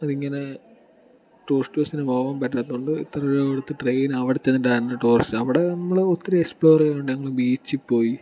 അത് ഇങ്ങനെ ടൂറിസ്റ്റ് ബസിന് പോകാൻ പറ്റാത്തതു കൊണ്ട് ഇത്ര രൂപ കൊടുത്ത് ട്രെയിൻ അവിടെ ചെന്നിട്ടായിരുന്നു ടൂറിസ്റ്റ് അവിടെ നമ്മൾ ഒത്തിരി എക്സ്പ്ലോർ ചെയ്യാൻ ഉണ്ടായിരുന്നു ഞങ്ങൾ ബീച്ചിൽ പോയി